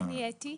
אני אתי,